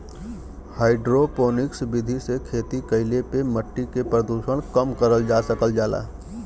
hydroponics विधि से खेती कईले पे मट्टी के प्रदूषण कम करल जा सकल जाला